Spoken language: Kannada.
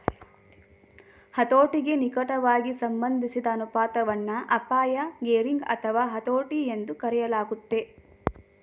ಹತೋಟಿಗೆ ನಿಕಟವಾಗಿ ಸಂಬಂಧಿಸಿದ ಅನುಪಾತವನ್ನ ಅಪಾಯ ಗೇರಿಂಗ್ ಅಥವಾ ಹತೋಟಿ ಎಂದೂ ಕರೆಯಲಾಗುತ್ತೆ